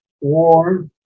War